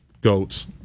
Goats